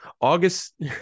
August